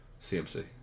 CMC